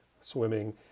swimming